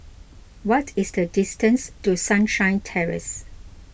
what is the distance to Sunshine Terrace